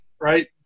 right